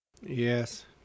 Yes